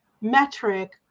metric